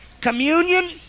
Communion